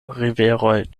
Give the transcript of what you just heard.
riveroj